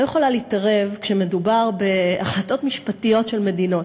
לא יכולה להתערב כשמדובר בהחלטות משפטיות של מדינות.